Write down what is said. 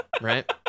Right